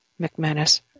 McManus